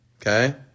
Okay